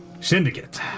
Syndicate